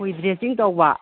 ꯃꯣꯏ ꯗ꯭ꯔꯦꯁꯤꯡ ꯇꯧꯕ